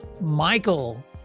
Michael